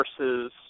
versus